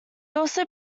also